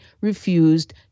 refused